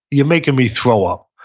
you're making me throw up.